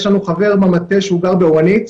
יש לנו חבר במטה שגר באורנית,